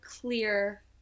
clear